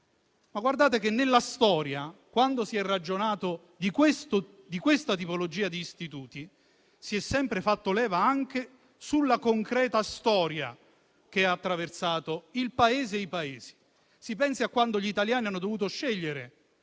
Nella storia, però, quando si è ragionato di questa tipologia di istituto, si è sempre fatto leva anche sulla vicenda concreta che ha attraversato il Paese e i Paesi. Si pensi a quando gli italiani hanno dovuto scegliere